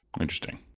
Interesting